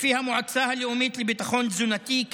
לפי המועצה הלאומית לביטחון תזונתי,